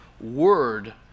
word